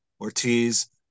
Ortiz